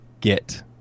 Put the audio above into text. get